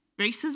Racism